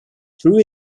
through